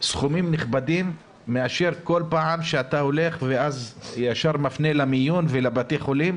סכומים נכבדים מאשר כל פעם שאתה הולך ואז ישר מופנה למיון ולבתי החולים.